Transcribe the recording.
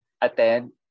attend